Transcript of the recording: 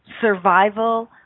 survival